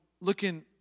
looking